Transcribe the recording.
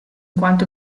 quanto